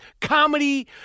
comedy